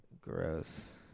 Gross